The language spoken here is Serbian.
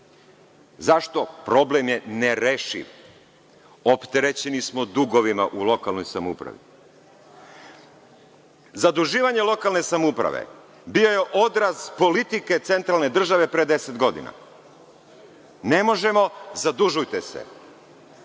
Zašto? Problem je nerešiv. Opterećeni smo dugovima u lokalnoj samoupravi. Zaduživanje lokalne samouprave bio je odraz politike centralne države pre deset godina. Ne možemo, zadužujte se,